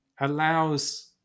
allows